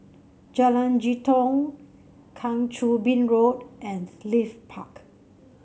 Jalan Jitong Kang Choo Bin Road and Leith Park